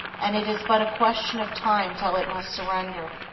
and it is but a question of time till it must surrender.